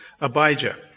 Abijah